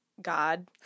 god